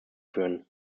führen